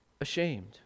ashamed